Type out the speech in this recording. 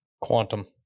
quantum